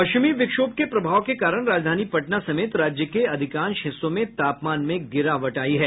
पश्चिमी विक्षोभ के प्रभाव के कारण राजधानी पटना समेत राज्य के अधिकांश हिस्सों में तापमान में गिरावट हो रही है